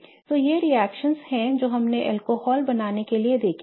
तो ये रिएक्शनएं हैं जो हमने अल्कोहल बनाने के लिए देखी हैं